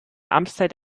amtszeit